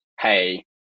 Hey